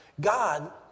God